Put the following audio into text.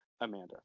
Amanda